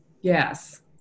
yes